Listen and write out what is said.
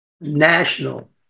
national